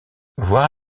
voir